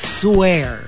swear